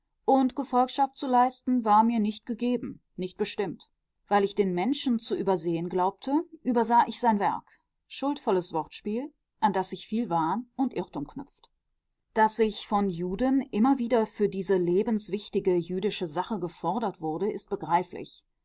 und gefolgschaft zu leisten war mir nicht gegeben nicht bestimmt weil ich den menschen zu übersehen glaubte übersah ich sein werk schuldvolles wortspiel an das sich viel wahn und irrtum knüpft daß ich von juden immer wieder für diese lebenswichtige jüdische sache gefordert wurde ist begreiflich